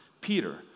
Peter